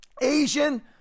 asian